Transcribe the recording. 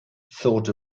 thought